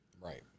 Right